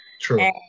true